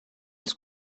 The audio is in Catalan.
els